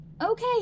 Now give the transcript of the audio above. okay